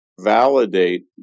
validate